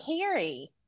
Carrie